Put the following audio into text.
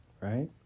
Right